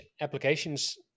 applications